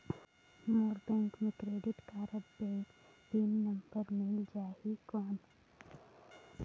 मोर bank मे credit card pin number मिल जाहि कौन?